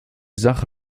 sache